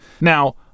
Now